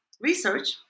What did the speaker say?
research